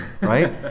right